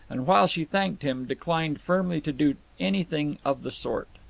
and while she thanked him, declined firmly to do anything of the sort.